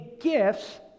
gifts